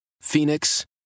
Phoenix